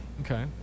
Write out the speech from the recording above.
okay